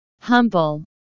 humble